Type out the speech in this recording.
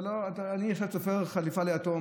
אני עכשיו תופר חליפה ליתום,